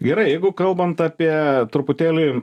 gerai jeigu kalbant apie truputėlį